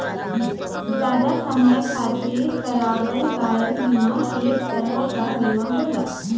जादा समय खातिर करावल गयल बीमा एक तरह क बीमा होला